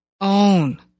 own